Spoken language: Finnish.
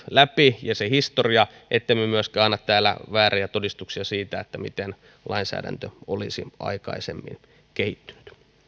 läpi ja se historia ettemme myöskään anna täällä vääriä todistuksia siitä miten lainsäädäntö on aikaisemmin kehittynyt